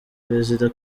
perezida